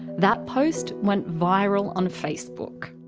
that post went viral on facebook.